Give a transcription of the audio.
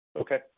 Okay